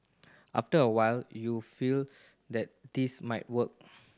after a while you feel that this might work